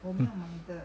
um